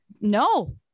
no